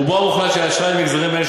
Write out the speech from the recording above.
רובו המוחלט של האשראי למגזרים אלו,